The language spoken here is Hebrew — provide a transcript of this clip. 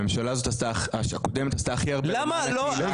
הממשלה הקודמת עשתה הכי הרבה למען הקהילה הגאה.